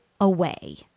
away